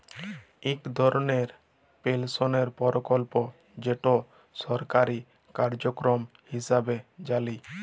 ইক ধরলের পেলশলের পরকল্প যেট সরকারি কার্যক্রম হিঁসাবে জালি